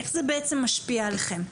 איך זה בעצם משפיע עליכם?